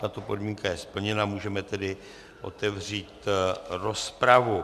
Tato podmínka je splněna, můžeme tedy otevřít rozpravu.